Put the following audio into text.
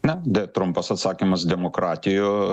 na d trumpas atsakymas demokratijų